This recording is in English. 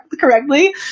correctly